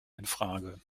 infrage